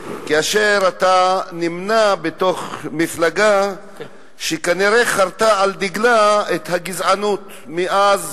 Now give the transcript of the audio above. כאשר אתה נמנה עם מפלגה שכנראה חרתה על דגלה את הגזענות מאז